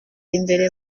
imbere